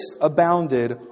abounded